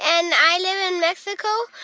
and i live in mexico.